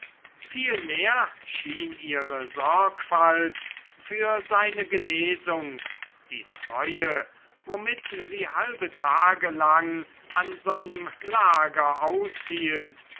vielmehr schien ihre sorgfalt für seine genesung die treue womit sie halbe tage lang an seinem lager aushielt